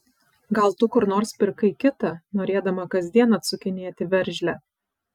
gal tu kur nors pirkai kitą norėdama kasdien atsukinėti veržlę